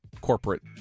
corporate